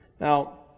Now